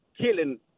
killing